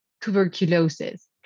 tuberculosis